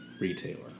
retailer